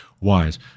wise